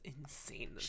insane